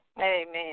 Amen